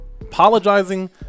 apologizing